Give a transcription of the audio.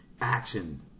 action